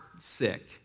sick